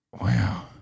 wow